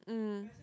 mm